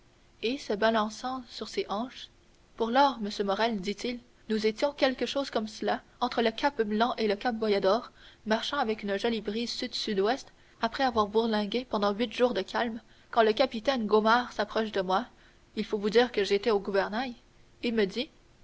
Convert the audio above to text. et se balançant sur ses hanches pour lors monsieur morrel dit-il nous étions quelque chose comme cela entre le cap blanc et le cap boyador marchant avec une jolie brise sud sud ouest après avoir bourlingué pendant huit jours de calme quand le capitaine gaumard s'approche de moi il faut vous dire que j'étais au gouvernail et me dit